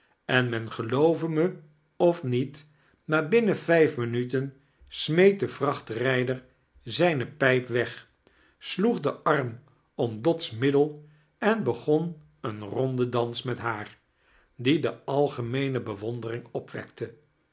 en men geloove me of niet maar binnen virjf rninuten smeet de vrachtrijder zijne pijp weg sloeg den arm om dot's middel en begon een rondedans met haar die de algeaneeme bewondering opwekte